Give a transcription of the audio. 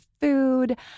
food